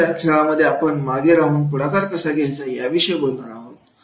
एखाद्या खेळामधून आपण मागे राहून पुढाकार कसा घ्यायचा याविषयी बोलणार आहोत